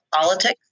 politics